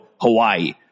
Hawaii